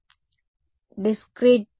విద్యార్థి డిస్క్రెటైజ్